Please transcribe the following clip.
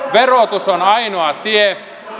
verotus on ainoa tie